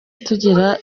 tugira